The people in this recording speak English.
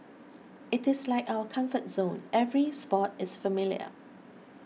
it is like our comfort zone every spot is familiar